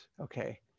Okay